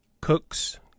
cooks